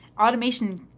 automation.